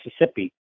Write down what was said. Mississippi